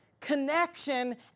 connection